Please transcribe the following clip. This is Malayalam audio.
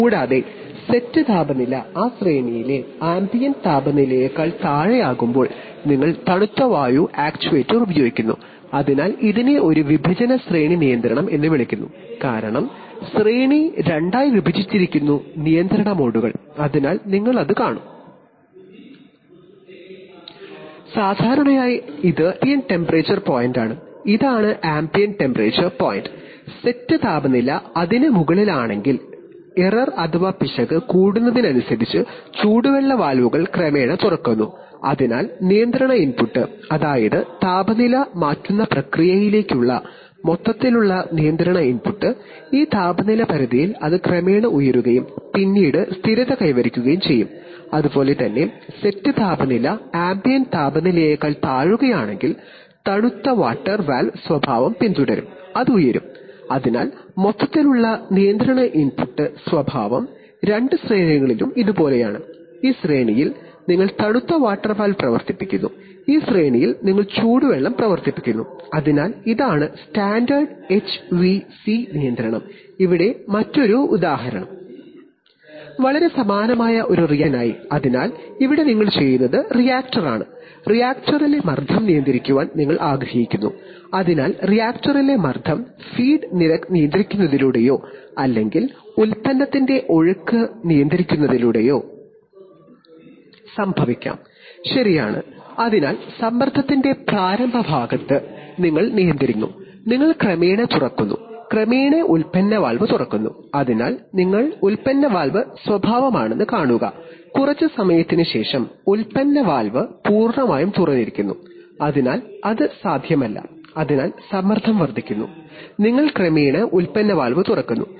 കൂടാതെ സെറ്റ് താപനില ആ ശ്രേണിയിലെ ആംബിയന്റ് താപനിലയേക്കാൾ താഴെയാകുമ്പോൾ നിങ്ങൾ തണുത്ത വായു ആക്യുവേറ്റർ ഉപയോഗിക്കുന്നു അതിനാൽ ഇതിനെ ഒരു വിഭജന ശ്രേണി നിയന്ത്രണം എന്ന് വിളിക്കുന്നു കാരണം ശ്രേണി രണ്ടായി വിഭജിച്ചിരിക്കുന്നു നിയന്ത്രണ മോഡുകൾ അതിനാൽ നിങ്ങൾ അത് കാണും സാധാരണയായി ഇത് ആംബിയന്റ് ടെമ്പറേച്ചർ പോയിന്റാണ് സെറ്റ് താപനില അതിന് മുകളിലാണെങ്കിൽ പിശക് കൂടുന്നതിനനുസരിച്ച് ചൂടുവെള്ള വാൽവുകൾ ക്രമേണ തുറക്കുന്നു അതിനാൽ നിയന്ത്രണ ഇൻപുട്ട് അതായത് താപനിലയെ മാറ്റുന്ന പ്രക്രിയയിലേക്കുള്ള മൊത്തത്തിലുള്ള നിയന്ത്രണ ഇൻപുട്ട് ഈ താപനില പരിധിയിൽ അത് ക്രമേണ ഉയരുകയും പിന്നീട് സ്ഥിരത കൈവരിക്കുകയും ചെയ്യും അതുപോലെ തന്നെ സെറ്റ് താപനില ആംബിയന്റ് താപനിലയേക്കാൾ താഴെയാകുമ്പോൾ തണുത്ത വാട്ടർ വാൽവ് സ്വഭാവം പിന്തുടരും അത് ഉയരും അതിനാൽ മൊത്തത്തിലുള്ള നിയന്ത്രണ ഇൻപുട്ട് സ്വഭാവം രണ്ട് ശ്രേണികളിലും ഇതുപോലെയാണ് ഈ ശ്രേണിയിൽ നിങ്ങൾ തണുത്ത വാട്ടർ വാൽവ് പ്രവർത്തിപ്പിക്കുന്നു ഈ ശ്രേണിയിൽ നിങ്ങൾ ചൂടുവെള്ളം പ്രവർത്തിപ്പിക്കുന്നു അതിനാൽ ഇതാണ് സ്റ്റാൻഡേർഡ് എച്ച്വിഎസി നിയന്ത്രണം ഇവിടെ മറ്റൊരു ഉദാഹരണം വളരെ സമാനമായ ഒരു റിയാക്ടറിലെ മർദ്ദം നിയന്ത്രിക്കാൻ നിങ്ങൾ ആഗ്രഹിക്കുന്നു അതിനാൽറിയാക്ടറിലെ മർദ്ദം ഫീഡ് നിരക്ക് നിയന്ത്രിക്കുന്നതിലൂടെയോ അല്ലെങ്കിൽ ഉൽപ്പന്നത്തിന്റെ ഒഴുക്ക് നിരക്ക് നിയന്ത്രിക്കുന്നതിലൂടെയോ സംഭവിക്കാം ശരിയാണ് അതിനാൽ സമ്മർദ്ദത്തിന്റെ പ്രാരംഭ ഭാഗത്ത് നിങ്ങൾ നിയന്ത്രിക്കുന്നു നിങ്ങൾ ക്രമേണ തുറക്കുന്നു ക്രമേണ ഉൽപ്പന്ന വാൽവ് തുറക്കുന്നു അതിനാൽ നിങ്ങൾ ഇത് ഉൽപ്പന്ന വാൽവ് സ്വഭാവമാണെന്ന് കാണുക കുറച്ച് സമയത്തിന് ശേഷം ഉൽപ്പന്ന വാൽവ് പൂർണ്ണമായും തുറന്നിരിക്കുന്നു അതിനാൽ അത് സാധ്യമല്ല അതിനാൽ സമ്മർദ്ദം വർദ്ധിക്കുന്നു അതിനാൽ നിങ്ങൾ ക്രമേണ ഉൽപ്പന്ന വാൽവ് തുറക്കുന്നു